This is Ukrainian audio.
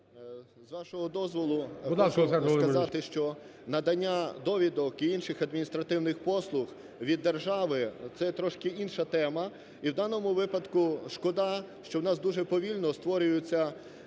З вашого дозволу, повинен сказати, що надання довідок і інших адміністративних послуг від держави – це трошки інша тема, і в даному випадку шкода, що в нас дуже повільно створюються